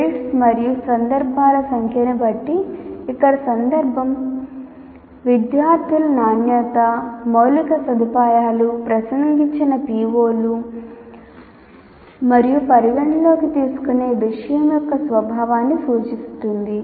credits మరియు సందర్భాల సంఖ్యను బట్టి ఇక్కడ సందర్భం విద్యార్థుల నాణ్యత మౌలిక సదుపాయాలు ప్రసంగించిన PO లు మరియు పరిగణనలోకి తీసుకునే విషయం యొక్క స్వభావాన్ని సూచిస్తుంది